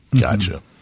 Gotcha